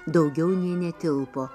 daugiau nė netilpo